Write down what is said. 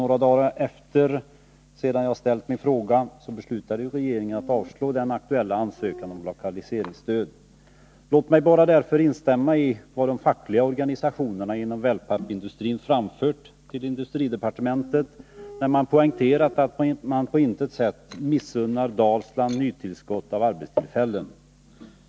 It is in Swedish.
Några dagar efter det att jag ställt min fråga beslutade ju regeringen att AB avslå den aktuella ansökan om lokaliseringsstöd. Låt mig därför bara instämma i vad de fackliga organisationerna inom wellpappsindustrin har framfört till industridepartementet. De har poängterat att de på intet sätt missunnar Dalsland nytillskott av arbetstillfällen.